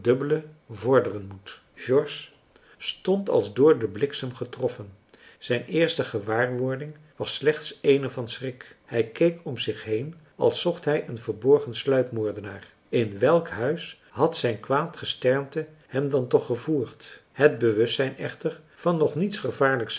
vorderen moet george stond als door den bliksem getroffen zijn eerste gewaarwording was slechts eene van schrik hij keek om zich heen als zocht hij een verborgen sluipmoordenaar in welk huis had zijn kwaad gesternte hem dan toch gevoerd het bewustzijn echter van nog niets gevaarlijks